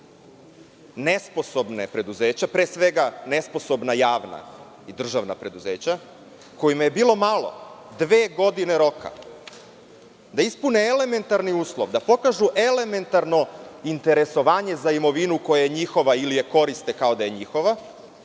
nesposobna preduzeća, pre svega nesposobna javna i državna preduzeća kojima je bilo malo dve godine roka da ispune elementarni uslov, da pokažu elementarno interesovanje za imovinu koja je njihova, ili je koriste kao da je njihova.